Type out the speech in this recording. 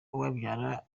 ubabyara